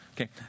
Okay